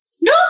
No